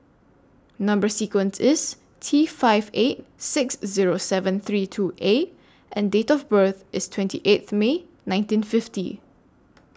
Number sequence IS T five eight six Zero seven three two A and Date of birth IS twenty eighth May nineteen fifty